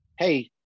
Hey